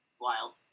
wild